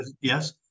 Yes